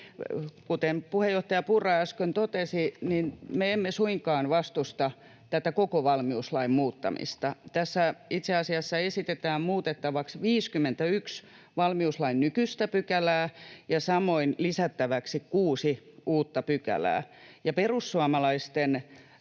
kuten puheenjohtaja Purra äsken totesi, niin me emme suinkaan vastusta tätä koko valmiuslain muuttamista. Tässä itse asiassa esitetään muutettavaksi 51 valmiuslain nykyistä pykälää ja samoin lisättäväksi kuusi uutta pykälää, ja perussuomalaisten